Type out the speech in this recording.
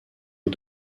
aux